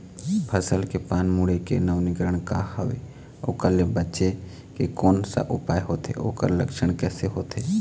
फसल के पान मुड़े के नवीनीकरण का हवे ओकर ले बचे के कोन सा उपाय होथे ओकर लक्षण कैसे होथे?